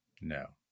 No